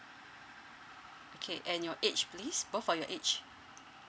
okay and your age please both of your age